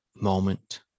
moment